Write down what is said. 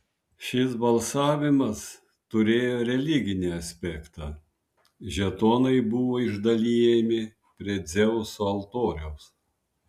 šis balsavimas turėjo religinį aspektą žetonai buvo išdalijami prie dzeuso altoriaus